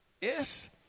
Yes